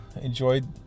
enjoyed